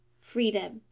freedom